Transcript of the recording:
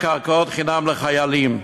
קרקעות חינם לחיילים,